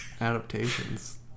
adaptations